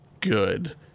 good